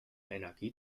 energie